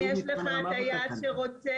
אם יש לך טיס שרוצה